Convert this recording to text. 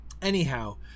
Anyhow